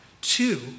Two